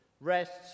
rests